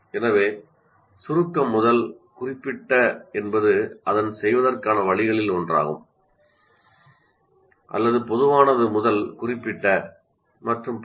எனவே சுருக்கம் முதல் குறிப்பிட்ட என்பது அதைச் செய்வதற்கான வழிகளில் ஒன்றாகும் அல்லது பொதுவானது முதல் குறிப்பிட்ட மற்றும் பல